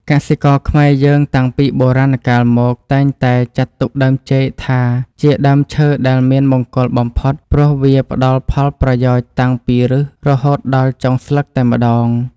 កសិករខ្មែរយើងតាំងពីបុរាណកាលមកតែងតែចាត់ទុកដើមចេកថា ជាដើមឈើដែលមានមង្គលបំផុត ព្រោះវាផ្តល់ផលប្រយោជន៍តាំងពីឫសរហូតដល់ចុងស្លឹកតែម្តង។